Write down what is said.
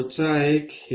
पुढचा एक हेलिक्स आहेत